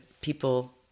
people